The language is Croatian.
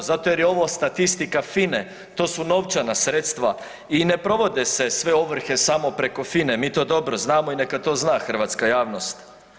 Zato što je ovo statistika FINA-e, to su novčana sredstva i ne provode se sve ovrhe samo preko FINA-e, mi to dobro znamo i neka to zna hrvatska javnost.